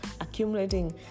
accumulating